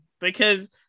Because-